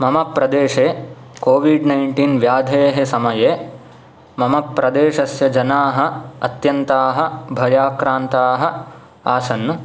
मम प्रदेशे COVID nineteen व्याधेः समये मम प्रदेशस्य जनाः अत्यन्ताः भयाक्रान्ताः आसन्